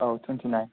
औ थुनति नाइन